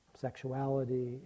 sexuality